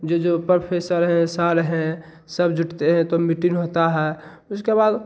जो जो परफ़ेसर हैं सार हैं सब जुटते हैं तो मीटिंग होता है उसके बाद